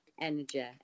energy